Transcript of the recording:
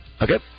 Okay